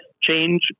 change